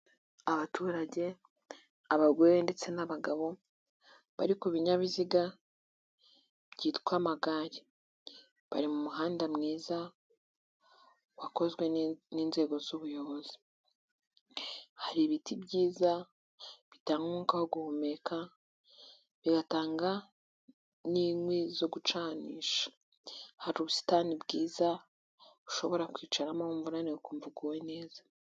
Abaturage, abagore ndetse n'abagabo, bari ku binyabiziga byitwa amagare. Bari mu muhanda mwiza, wakozwe n'inzego z'ubuyobozi. Hari ibiti byiza bitamwuka wo guhumeka, bigatanga n'inkwi zo gucanisha. Hari ubusitani bwiza ushobora kwicaramo wumva umunani ukumva uguwe neza.